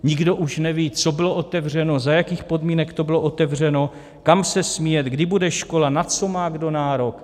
Nikdo už neví, co bylo otevřeno, za jakých podmínek to bylo otevřeno, kam se smí jet, kdy bude škola, na co má kdo nárok.